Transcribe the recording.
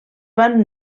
van